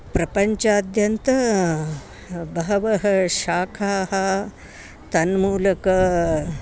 प्रपञ्चाद्यन्ता बहवः शाखाः तन्मूलकाः